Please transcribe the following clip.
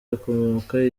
akomoka